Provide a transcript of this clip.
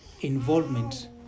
involvement